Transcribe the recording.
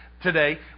today